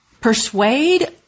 persuade